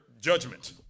judgment